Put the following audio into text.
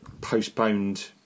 postponed